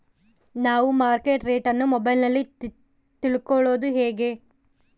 ನಾವು market rate ಅನ್ನು ಮೊಬೈಲಲ್ಲಿ ತಿಳ್ಕಳೋದು ಹೇಗೆ?